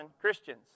Christians